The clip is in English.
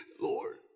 Lord